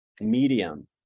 medium